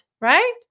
right